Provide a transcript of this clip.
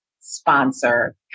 sponsor